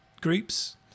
groups